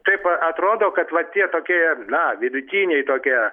taip a atrodo kad va tie tokie na vidutiniai tokie